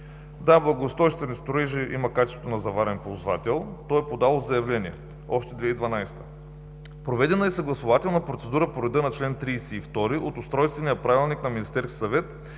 „Да, „Благоустройствени строежи“ има качество на заварен ползвател. То е подало заявление още през 2012 г. Проведена е съгласувателна процедура по реда на чл. 32 от Устройствения правилник на Министерския свет